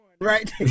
Right